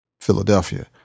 Philadelphia